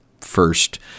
first